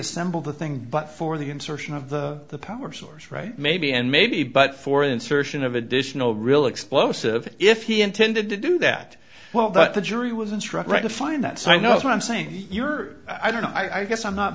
assembled the thing but for the insertion of the power source right maybe and maybe but for insertion of additional real explosive if he intended to do that well that the jury was instructed to find that so i know what i'm saying you're i don't know i guess i'm not